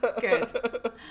Good